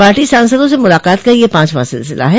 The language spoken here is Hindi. पार्टी सांसदों से मुलाकात का यह पांचवा सिलसिला है